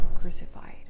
crucified